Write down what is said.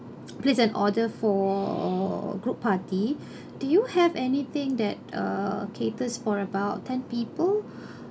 place an order for group party do you have anything that uh caters for about ten people